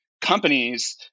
companies